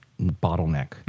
bottleneck